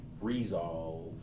resolve